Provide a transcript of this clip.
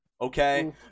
Okay